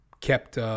kept